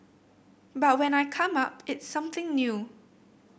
but when I come up it's something new